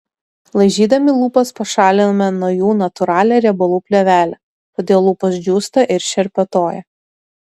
laižydami lūpas pašaliname nuo jų natūralią riebalų plėvelę todėl lūpos džiūsta ir šerpetoja